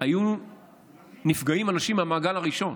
היו נפגעים אנשים מהמעגל הראשון.